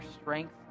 strength